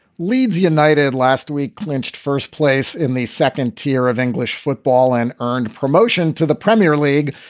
leeds united last week clinched first place in the second tier of english football and earned promotion to the premier league,